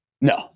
No